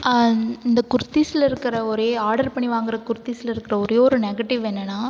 இந்த குர்தீஸில் இருக்கிற ஒரே ஆர்டர் பண்ணி வாங்குற குர்த்திஸில் இருக்கிற ஒரே ஒரு நெகட்டிவ் என்னன்னா